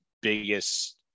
biggest